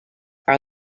are